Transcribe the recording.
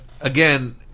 again